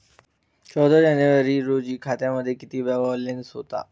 चौदा जानेवारी रोजी खात्यामध्ये किती बॅलन्स होता?